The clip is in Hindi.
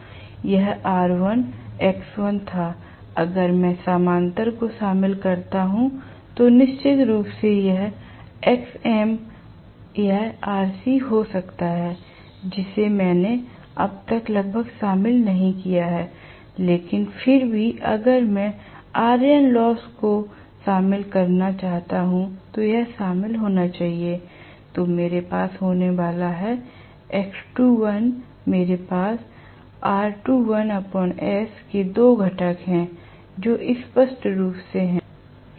यह R1 X1 था अगर मैं समानांतर को शामिल करता हूं तो निश्चित रूप से यह Xm यह Rc हो सकता है जिसे मैंने अब तक लगभग शामिल नहीं किया है लेकिन फिर भी अगर मैं आयरन लॉस को शामिल करना चाहता हूं तो यह शामिल होना चाहिए तो मेरे पास होने वाला है मेरे पास s के दो घटक हैं जो स्पष्ट रूप से हैं